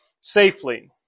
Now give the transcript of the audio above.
safely